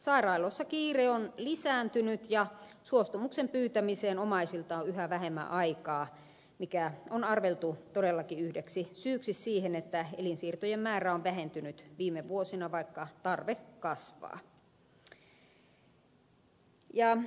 sairaaloissa kiire on lisääntynyt ja suostumuksen pyytämiseen omaisilta on yhä vähemmän aikaa mikä on arveltu todellakin yhdeksi syyksi siihen että elinsiirtojen määrä on vähentynyt viime vuosina vaikka tarve kasvaa